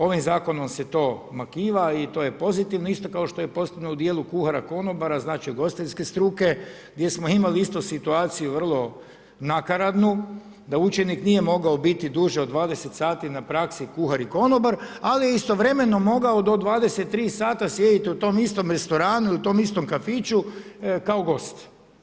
Ovim Zakonom se to makiva i to je pozitivno isto kao što je pozitivno i u dijelu kuhara-konobara, znači ugostiteljske struke gdje smo imali isto situaciju vrlo nakaradnu da učenik nije mogao biti duže od 20 sati na praksi kuhar i konobar, ali je istovremeno mogao do 23 sata sjediti u tom istom restoranu i u tom istom kafiću kao gost.